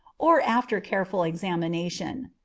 or after a careful examination.